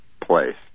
place